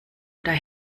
oder